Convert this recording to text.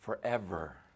Forever